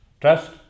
Trust